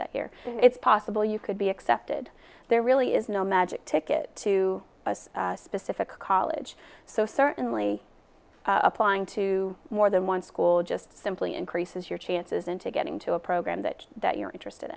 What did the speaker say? that year it's possible you could be accepted there really is no magic ticket to a specific college so certainly applying to more than one school just simply increases your chances into getting to a program that that you're interested